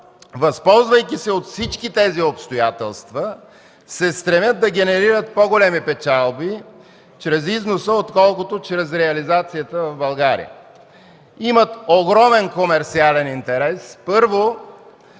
възползвайки се от всички тези обстоятелства, се стремят да генерират по-големи печалби чрез износа, отколкото чрез реализацията в България. Имат огромен комерсиален интерес първо,